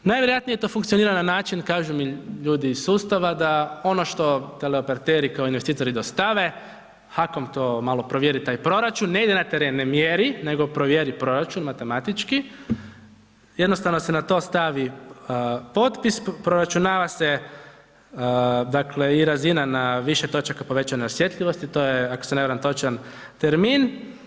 Najvjerojatnije to funkcionira na način, kažu mi ljudi iz sustava da, ono što teleoperateri kao investitori dostavi, HAKOM to malo provjeri taj proračun, ne ide na teren, ne mjeri nego provjeri proračun matematički, jednostavno se na to stavi potpis, proračunava se i razina na više točaka povećane osjetljivosti, to je, ako se ne varam točan termin.